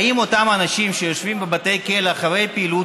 האם אותם אנשים שיושבים בבתי כלא אחרי הפעילות